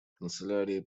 канцелярии